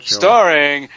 starring